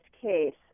case